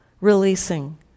releasing